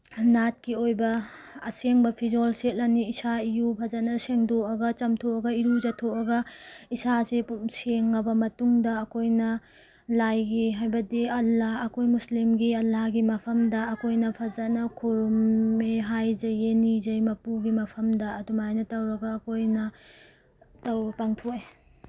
ꯅꯥꯠꯀꯤ ꯑꯣꯏꯕ ꯑꯁꯦꯡꯕ ꯐꯤꯖꯣꯜ ꯁꯦꯠꯂꯅꯤ ꯏꯁꯥ ꯏꯎ ꯐꯖꯅ ꯁꯦꯡꯗꯣꯛꯑꯒ ꯆꯥꯝꯊꯣꯛꯑꯒ ꯏꯔꯨꯖꯊꯣꯛꯑꯒ ꯏꯁꯥꯁꯦ ꯁꯦꯡꯉꯕ ꯃꯇꯨꯡꯗ ꯑꯩꯈꯣꯏꯅ ꯂꯥꯏꯒꯤ ꯍꯥꯏꯕꯗꯤ ꯑꯂꯥ ꯑꯩꯈꯣꯏ ꯃꯨꯁꯂꯤꯝꯒꯤ ꯑꯂꯥꯒꯤ ꯃꯐꯝꯗ ꯑꯩꯈꯣꯏꯅ ꯐꯖꯅ ꯈꯨꯔꯨꯝꯃꯤ ꯍꯥꯏꯖꯩ ꯅꯤꯖꯩ ꯃꯄꯨꯒꯤ ꯃꯐꯝꯗ ꯑꯗꯨꯃꯥꯏꯅ ꯇꯧꯔꯒ ꯑꯩꯈꯣꯏꯅ ꯇꯧ ꯄꯥꯡꯊꯣꯛꯑꯦ